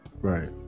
right